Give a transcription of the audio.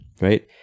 right